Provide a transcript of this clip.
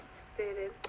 stated